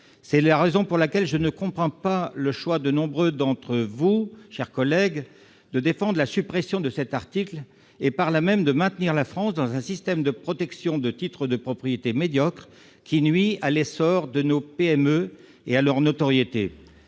C'est la raison pour laquelle je ne comprends pas le choix de nombre d'entre vous, mes chers collègues, de défendre la suppression de cet article et, par là même, de maintenir la France dans un système de protection des titres de propriété médiocre, qui nuit à l'essor de nos PME et à leur notoriété.